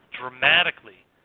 dramatically